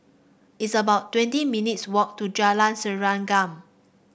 it's about twenty minutes' walk to Jalan Serengam